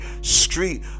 street